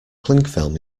clingfilm